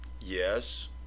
yes